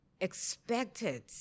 expected